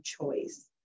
choice